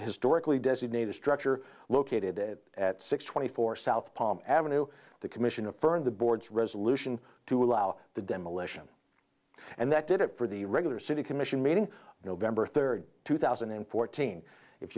historically designated structure located at six twenty four south palm ave the commission affirmed the board's resolution to allow the demolition and that did it for the regular city commission meeting november third two thousand and fourteen if